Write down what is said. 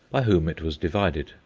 by whom it was divided.